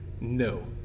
No